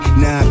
now